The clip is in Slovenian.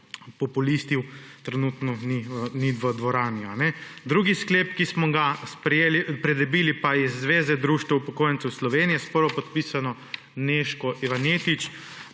populistov trenutno ni v dvorani. Drugi sklep, ki smo ga pridobili, pa iz Zveze društev upokojencev Slovenije s prvopodpisano Nežko Ivanetič,